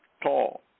tall